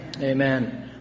Amen